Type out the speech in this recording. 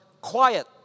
quiet